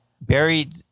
buried